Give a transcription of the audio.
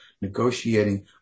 negotiating